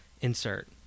insert